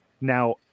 Now